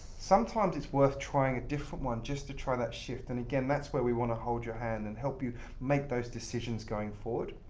sometimes it's worth trying a different one just to try that shift. and again, that's where we want to hold your hand and help you make those decisions going forward.